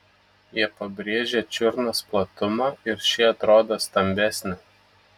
jie pabrėžia čiurnos platumą ir ši atrodo stambesnė